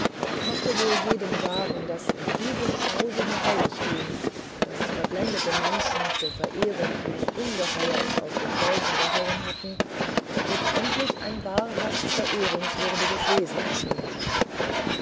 mochte wohl jedem sagen daß in diesem grausigen heiligtum das verblendete menschen zur verehrung eines ungeheuers aus den felsen ausgehauen hatten jetzt endlich ein wahrhaft verehrungswürdiges wesen erschienen war